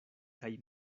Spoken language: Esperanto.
kaj